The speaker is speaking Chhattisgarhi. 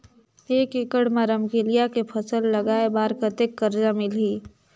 एक एकड़ मा रमकेलिया के फसल लगाय बार कतेक कर्जा मिलही?